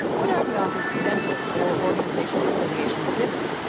what are the author's credentials or organizational affiliations given?